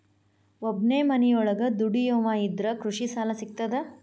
ಒಬ್ಬನೇ ಮನಿಯೊಳಗ ದುಡಿಯುವಾ ಇದ್ರ ಕೃಷಿ ಸಾಲಾ ಸಿಗ್ತದಾ?